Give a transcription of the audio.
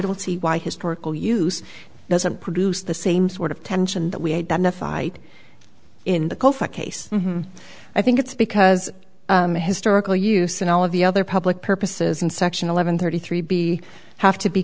don't see why historical use doesn't produce the same sort of tension that we identified in the case i think it's because the historical use and all of the other public purposes in section eleven thirty three b have to be